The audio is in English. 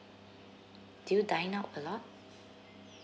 do you dine out a lot